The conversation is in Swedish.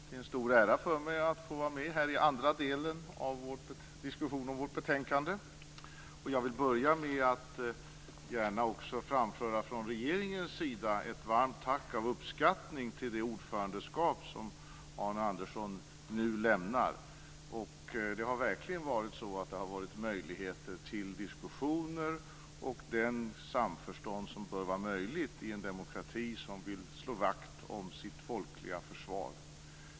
Fru talman! Det är en stor ära för mig att få vara med i den andra delen av vår diskussion om vårt betänkande. Jag vill börja med att också från regeringen gärna framföra ett varmt tack av uppskattning till det ordförandeskap som Arne Andersson nu lämnar. Det har verkligen funnits möjlighet till diskussion och till det samförstånd som bör vara möjligt i en demokrati som vill slå vakt om sitt folkliga försvar.